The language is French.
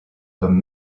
comme